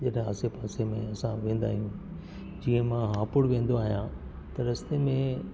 जेॾा आसे पासे में असां वेंदा आहियूं जीअं मां हापुर वेंदो आहियां त रस्ते में